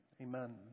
Amen